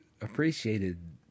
appreciated